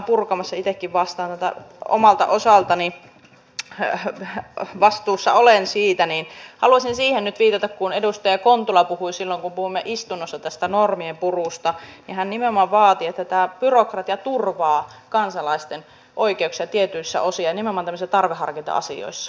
itsekin vastaan tästä omalta osaltani vastuussa olen siitä ja haluaisin siihen nyt viitata että kun puhuimme istunnossa tästä normien purusta niin edustaja kontula silloin nimenomaan vaati että tämä byrokratia turvaa kansalaisten oikeuksia tietyissä osin ja nimenomaan tämmöisissä tarveharkinta asioissa